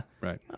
Right